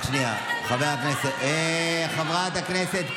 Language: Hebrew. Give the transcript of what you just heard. רק שנייה, חברי הכנסת.